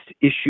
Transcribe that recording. issue